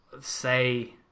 say